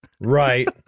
Right